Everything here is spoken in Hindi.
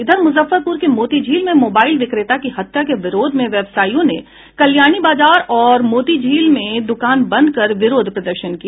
इधर मुजफ्फरपुर के मोती झील में मोबाइल विक्रेता की हत्या के विरोध में व्यवसायियों ने कल्याणी बाजार और मोती झील में द्रकान बंद कर विरोध प्रदर्शन किया